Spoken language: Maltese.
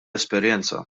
esperjenza